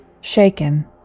Shaken